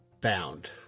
Bound